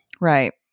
Right